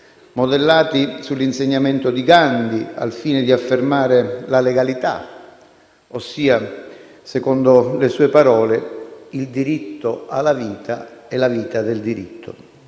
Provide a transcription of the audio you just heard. modellati sull'insegnamento di Gandhi, al fine di affermare la legalità ossia - secondo le sue parole - «il diritto alla vita e la vita del diritto».